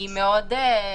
אשרור או חתימת